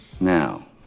now